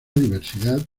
diversidad